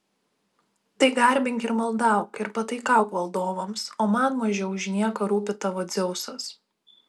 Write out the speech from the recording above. tai garbink ir maldauk ir pataikauk valdovams o man mažiau už nieką rūpi tavo dzeusas